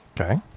Okay